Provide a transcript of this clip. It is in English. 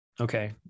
Okay